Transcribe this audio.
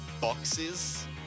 boxes